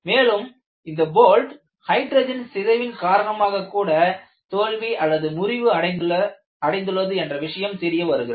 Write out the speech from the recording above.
மேலும் இந்த bolt hydrogen சிதைவின் காரணமாக கூட தோல்வி முறிவு அடைந்துள்ளது என்ற விஷயம் தெரியவருகிறது